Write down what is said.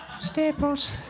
Staples